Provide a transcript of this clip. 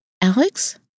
Alex